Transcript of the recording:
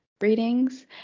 readings